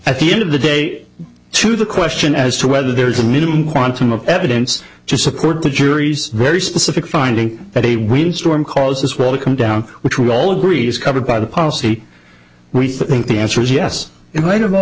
at the end of the day to the question as to whether there is a minimum quantum of evidence to support the jury's very specific finding that a windstorm caused this well to come down which we all agree is covered by the policy we think the answer is yes in light of all